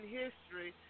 history